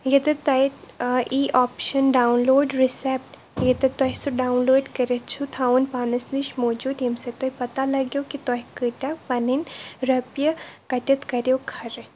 ییٚتہِ تۄہہِ ای آپشَن ڈاوُن لوڈ رِسیپٹ ییٚتہِ تۄہہِ سُہ ڈاوُن لوڈ کٔرِتھ چھُ تھاوُن پانَس نِش موٗجوٗد ییٚمہِ سۭتۍ تۄہہِ پَتہ لَگیو کہِ تۄہہِ کۭتیٛاہ پَنٕنۍ رۄپیہِ کَٹِتھ کَریو خرٕ